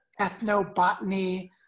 ethnobotany